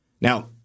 Now